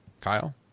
Kyle